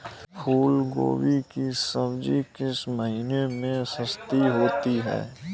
फूल गोभी की सब्जी किस महीने में सस्ती होती है?